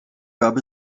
gab